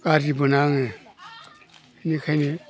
गारजि मोना आङो बिनिखायनो